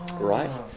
Right